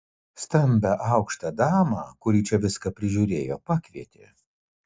stambią aukštą damą kuri čia viską prižiūrėjo pakvietė